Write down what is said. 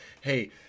hey